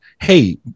hey